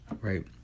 right